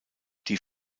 die